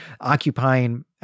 occupying